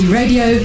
radio